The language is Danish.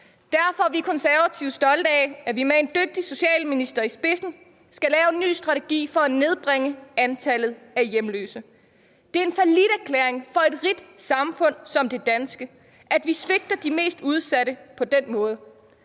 Derfor er vi Konservative stolte af, at vi med en dygtig socialminister i spidsen skal lave en ny strategi for at nedbringe antallet af hjemløse. Det er en falliterklæring for et rigt samfund som det danske, at vi svigter de mest udsatte på den måde,